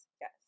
yes